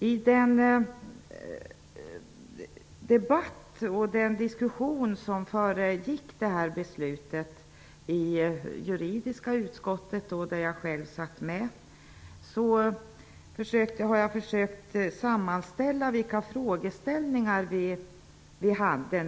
I den debatt som föregick beslutet i juridiska utskottet, där jag själv satt med, ställde vi oss en del frågor som jag skall försöka sammanfatta.